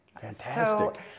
Fantastic